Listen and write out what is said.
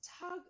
tug